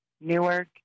Newark